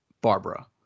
Barbara